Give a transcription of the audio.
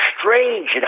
strange